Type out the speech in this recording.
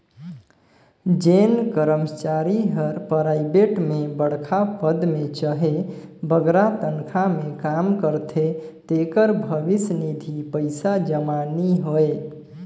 जेन करमचारी हर पराइबेट में बड़खा पद में चहे बगरा तनखा में काम करथे तेकर भविस निधि पइसा जमा नी होए